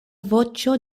voĉo